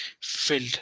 filled